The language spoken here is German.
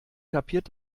kapiert